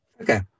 okay